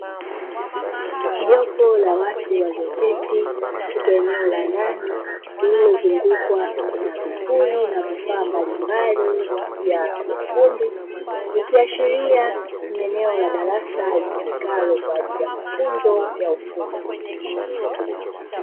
Jopo la watu walioketi katika eneo la ndani lililo, ungukwa na vipuli na vifaa mbalimbali vya ufundi ikiashiria ni eneo la darasa litumikalo kwa ajili ya mafunzo ya ufundi.